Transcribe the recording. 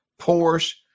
Porsche